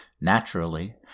Naturally